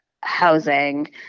housing